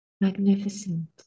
magnificent